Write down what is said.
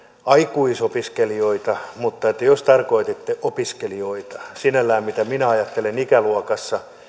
aikuisopiskelijoita mutta jos tarkoititte opiskelijoita sinällään siinä ikäluokassa mitä minä ajattelen